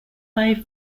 five